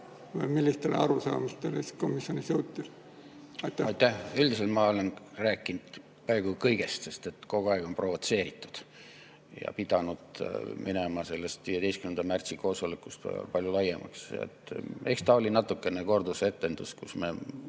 või millistele arusaamadele komisjonis jõuti? Aitäh! Üldiselt ma olen rääkinud peaaegu kõigest, sest kogu aeg on provotseeritud. Olen pidanud minema sellest 15. märtsi koosolekust palju laiemale. Eks ta oli natukene kordusetendus, kus me